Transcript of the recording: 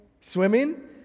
Swimming